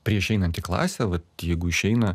prieš įeinant į klasę vat jeigu išeina